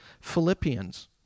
Philippians